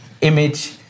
image